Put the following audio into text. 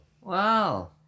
Wow